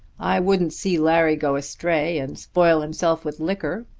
i wouldn't see larry go astray and spoil himself with liquor,